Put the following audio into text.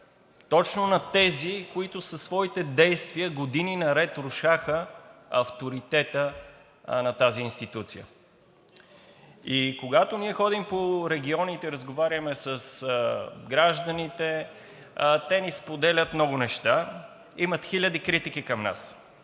точно от тези, които със своите действия години наред рушаха авторитета на тази институция. И когато ние ходим по регионите и разговаряме с гражданите, те ни споделят много неща. Имат и хиляди критики към нас